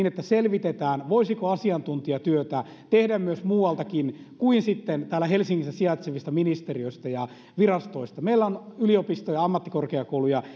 että selvitetään voisiko asiantuntijatyötä tehdä myös muualtakin kuin täällä helsingissä sijaitsevista ministeriöistä ja virastoista meillä on yliopisto ja ammattikorkeakouluja